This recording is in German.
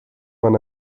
man